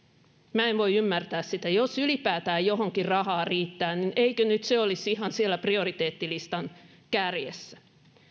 minä en voi ymmärtää sitä jos ylipäätään johonkin rahaa riittää niin eikö nyt se olisi ihan siellä prioriteettilistan kärjessä